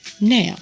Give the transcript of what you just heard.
Now